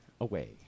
away